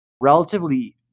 relatively